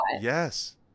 Yes